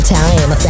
time